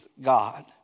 God